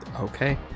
Okay